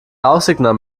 rauchsignal